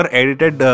edited